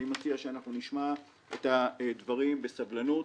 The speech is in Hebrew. אני מציע שאנחנו נשמע את הדברים בסבלנות.